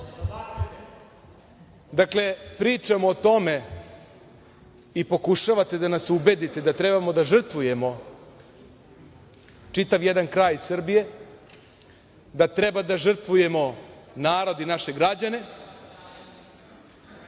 pričamo o tome i pokušavate da nas ubedite da trebamo da žrtvujemo čitav jedan kraj Srbije, da treba da žrtvujemo narod i naše građane.